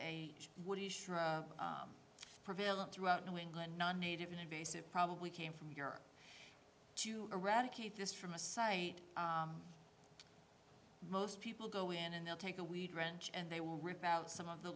would prevail and throughout new england non native an invasive probably came from europe to eradicate this from a site most people go in and they'll take a weed wrench and they will rip out some of the